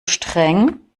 streng